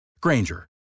Granger